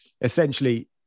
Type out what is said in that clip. essentially